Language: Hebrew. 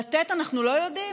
לתת אנחנו לא יודעים?